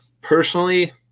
personally